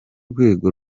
rwego